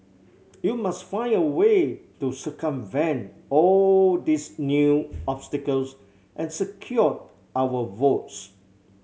you must find a way to circumvent all these new obstacles and secure our votes